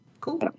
Cool